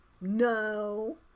no